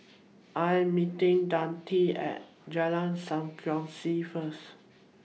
I Am meeting Denita At Jalan SAM Kongsi First